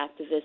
activists